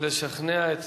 לשכנע את